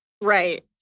Right